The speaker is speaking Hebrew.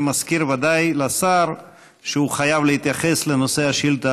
אני ודאי מזכיר לשר שהוא חייב להתייחס לנושא השאילתה